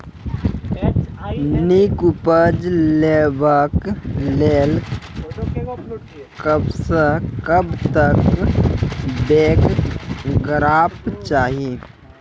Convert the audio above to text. नीक उपज लेवाक लेल कबसअ कब तक बौग करबाक चाही?